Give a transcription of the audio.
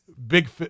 big